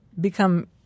become